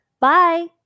Bye